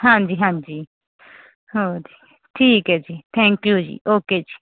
ਹਾਂਜੀ ਹਾਂਜੀ ਹਾਂਜੀ ਠੀਕ ਹੈ ਜੀ ਥੈਂਕ ਯੂ ਜੀ ਓਕੇ ਜੀ